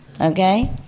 okay